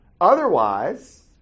Otherwise